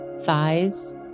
Thighs